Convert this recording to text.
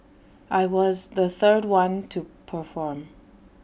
I was the third one to perform